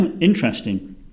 interesting